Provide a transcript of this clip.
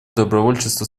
добровольчества